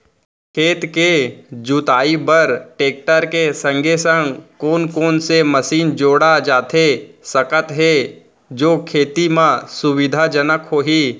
खेत के जुताई बर टेकटर के संगे संग कोन कोन से मशीन जोड़ा जाथे सकत हे जो खेती म सुविधाजनक होही?